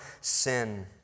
sin